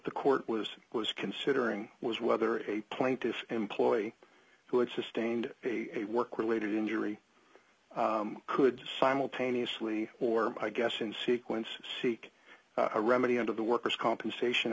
the court was was considering was whether a pointis employee who had sustained a work related injury could simultaneously or i guess in sequence seek a remedy out of the worker's compensation